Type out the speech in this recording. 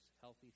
healthy